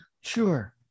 Sure